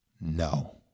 No